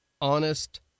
honest